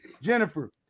jennifer